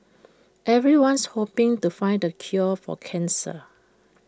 everyone's hoping to find the cure for cancer